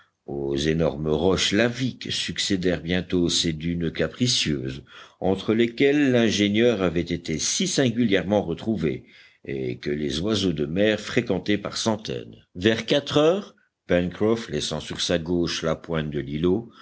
aux énormes roches laviques succédèrent bientôt ces dunes capricieuses entre lesquelles l'ingénieur avait été si singulièrement retrouvé et que les oiseaux de mer fréquentaient par centaines vers quatre heures pencroff laissant sur sa gauche la pointe de l'îlot